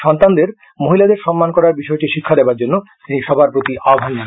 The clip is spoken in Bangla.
সন্তানদের মহিলাদের সম্মান করার বিষয়টি শিক্ষা দেবার জন্য তিনি সবার প্রতি আহ্নবান জানান